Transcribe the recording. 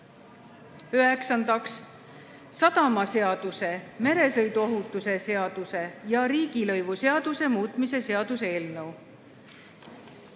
Üheksandaks, sadamaseaduse, meresõiduohutuse seaduse ja riigilõivuseaduse muutmise seaduse eelnõu.